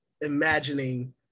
imagining